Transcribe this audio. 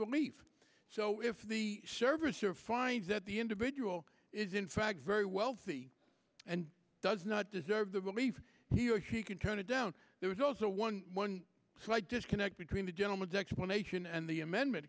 meet so if the servicer finds that the individual is in fact very wealthy and does not deserve the relief he or she can turn it down there is also one so i disconnect between the gentleman's explanation and the amendment